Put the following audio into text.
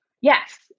Yes